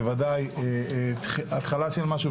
זה ודאי התחלה של משהו,